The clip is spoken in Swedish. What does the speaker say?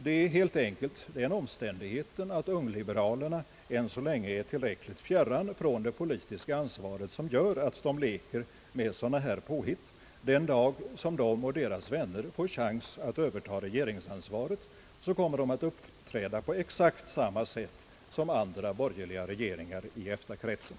Det är helt enkelt den omständigheten att ungliberalerna ännu så länge är tillräckligt fjärran från det politiska ansvaret som gör att de leker med sådana påfund. Den dag de och deras vänner får chansen att överta regeringsansvaret kommer de att uppträda på exakt samma sätt som övriga borgerliga regeringar inom EFTA-kretsen.